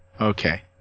Okay